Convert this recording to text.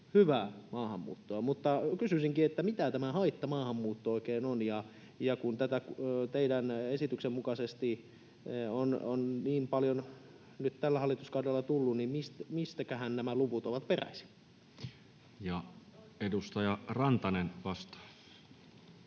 hyvää maahanmuuttoa. Mutta kysyisinkin: mitä tämä haittamaahanmuutto oikein on, ja kun tätä teidän esityksenne mukaisesti on niin paljon nyt tällä hallituskaudella tullut, niin mistäköhän nämä luvut ovat peräisin? [Sanna Antikainen: